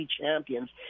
champions